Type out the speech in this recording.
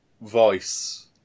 voice